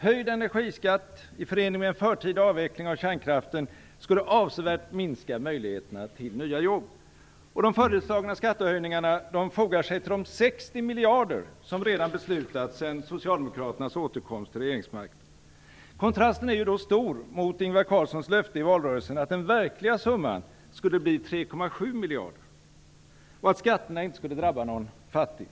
Höjd energiskatt i förening med en förtida avveckling av kärnkraften skulle avsevärt minska möjligheterna till nya jobb. De föreslagna skattehöjningarna fogar sig till de 60 miljarder som redan beslutats sedan Socialdemokraternas återkomst till regeringsmakten. Kontrasten är då stor till Ingvar Carlssons löfte i valrörelsen, att den verkliga summan skulle bli 3,7 miljarder och att skatterna inte skulle drabba någon fattig.